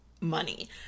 money